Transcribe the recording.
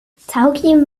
całkiem